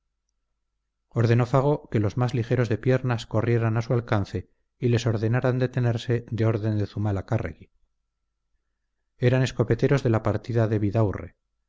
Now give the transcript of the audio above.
ordenó fago que los más ligeros de piernas corrieran a su alcance y les ordenaran detenerse de orden de zumalacárregui eran escopeteros de la partida de